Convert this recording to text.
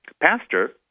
pastor